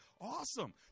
Awesome